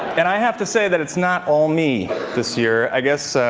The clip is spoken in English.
and i have to say that it's not all me this year. i guess so